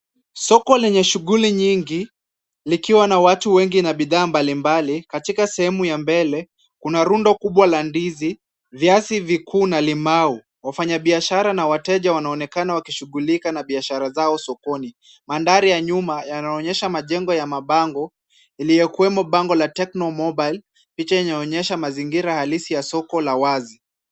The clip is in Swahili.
Soko lenye shughuli nyingi likiwa na watu wengi na bidhaa mbalimbali katika sehemu ya mbele, kuna rundo kubwa la ndizi viazi vikuu na limau. Wafanyibiashara na wateja wanaonekana wakishughulika na biashara zao sokoni. Mandhaari ya nyuma yanaonyesha majengo ya mabango iliyokuwemo bango la Tekno Mobile picha inaonyesha mazingira halisi ya soko la wazi.